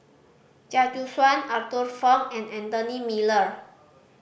Chia Choo Suan Arthur Fong and Anthony Miller